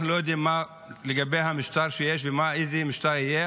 אנחנו לא יודעים מה לגבי המשטר הקיים ואיזה משטר יהיה,